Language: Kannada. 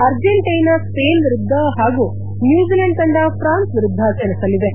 ಅರ್ಜೆಂಟ್ಯೆನಾ ಸ್ಪೇನ್ ವಿರುದ್ದ ಹಾಗೂ ನ್ನೂಜಿಲ್ಕಾಂಡ್ ತಂಡ ಫ್ರಾನ್ಸ್ ವಿರುದ್ದ ಸೆಣಸಲಿವೆ